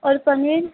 और पनीर